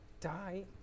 die